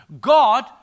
God